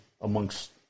amongst